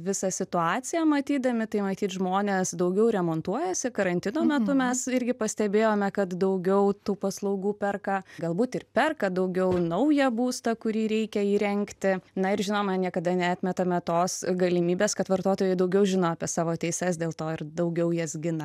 visą situaciją matydami tai matyt žmonės daugiau remontuojasi karantino metu mes irgi pastebėjome kad daugiau tų paslaugų perka galbūt ir perka daugiau ir naują būstą kurį reikia įrengti na ir žinoma niekada neatmetame tos galimybės kad vartotojai daugiau žino apie savo teises dėl to ir daugiau jas gina